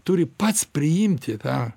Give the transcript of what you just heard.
turi pats priimti tą